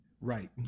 Right